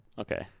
Okay